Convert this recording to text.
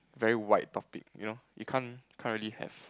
very wide topic you know you can't you can't really have